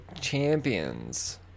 Champions